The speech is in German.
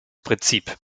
prinzip